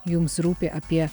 jums rūpi apie